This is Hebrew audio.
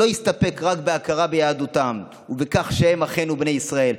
לא הסתפק רק בהכרה ביהדותם ובכך שהם אחינו בני ישראל,